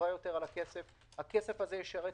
כמה שילם?